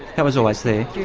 that was always there.